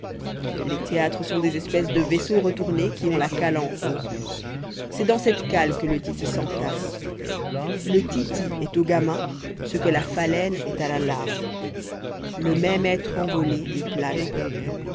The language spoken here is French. les théâtres sont des espèces de vaisseaux retournés qui ont la cale en haut c'est dans cette cale que le titi s'entasse le titi est au gamin ce que la phalène est à la larve le même être envolé et planant